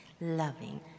loving